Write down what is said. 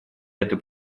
это